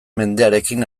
mendearekin